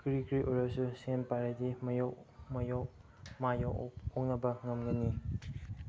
ꯀꯔꯤ ꯀꯔꯤ ꯑꯣꯏꯔꯁꯨ ꯁꯦꯟ ꯄꯥꯏꯔꯗꯤ ꯃꯥꯏꯌꯣꯛꯅꯕ ꯉꯝꯒꯅꯤ